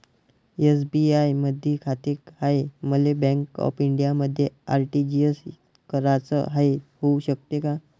SBI मधी खाते हाय, मले बँक ऑफ इंडियामध्ये आर.टी.जी.एस कराच हाय, होऊ शकते का?